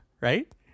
right